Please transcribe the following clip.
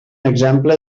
exemple